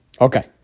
Okay